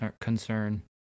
concern